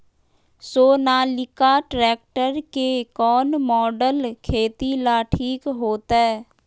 Sonalika tractor के कौन model खेती ला ठीक होतै?